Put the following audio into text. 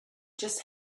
just